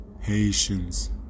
Haitians